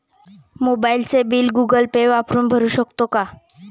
मोबाइलचे bill Google Pay वापरून भरू शकतो का?